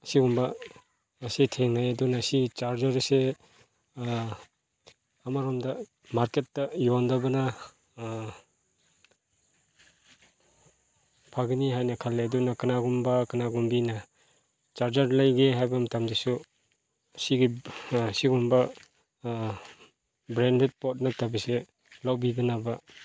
ꯑꯁꯤꯒꯨꯝꯕ ꯑꯁꯤ ꯊꯦꯡꯅꯩ ꯑꯗꯨꯅ ꯁꯤ ꯆꯥꯔꯖꯔ ꯑꯁꯦ ꯑꯃꯔꯣꯝꯗ ꯃꯥꯔꯀꯦꯠꯇ ꯌꯣꯟꯗꯕꯅ ꯐꯒꯅꯤ ꯍꯥꯏꯅ ꯈꯜꯂꯤ ꯑꯗꯨꯅ ꯀꯅꯥꯒꯨꯝꯕ ꯀꯅꯥꯒꯨꯝꯕꯤꯅ ꯆꯥꯔꯖꯔ ꯂꯩꯒꯦ ꯍꯥꯏꯕ ꯃꯇꯝꯗꯁꯨ ꯁꯤꯒꯤ ꯁꯤꯒꯨꯝꯕ ꯕ꯭ꯔꯦꯟꯗꯦꯗ ꯄꯣꯠ ꯅꯠꯇꯕꯁꯦ ꯂꯧꯕꯤꯗꯅꯕ